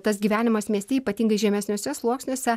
tas gyvenimas mieste ypatingai žemesniuose sluoksniuose